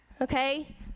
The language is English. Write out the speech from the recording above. Okay